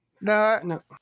No